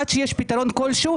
עד שיש פתרון כלשהו,